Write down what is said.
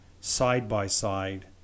side-by-side